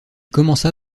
commença